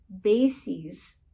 bases